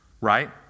right